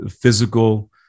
physical